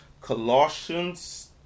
Colossians